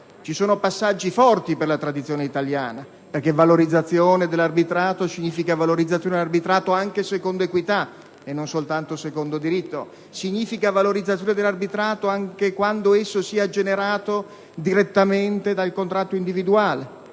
ci sono passaggi forti per la tradizione italiana, perché valorizzazione dell'arbitrato significa valorizzazione dell'arbitrato anche secondo equità, e non soltanto secondo diritto; significa valorizzazione dell'arbitrato anche quando esso sia generato direttamente dal contratto individuale,